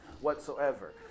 whatsoever